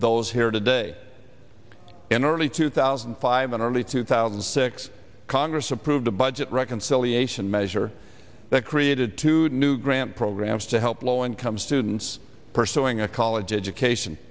those here today in early two thousand and five and early two thousand and six congress approved a budget reconciliation measure that created two new grant programs to help low income students pursuing a college education